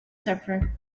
suffer